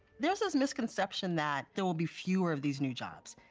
there's this misconception that there will be fewer of these new jobs.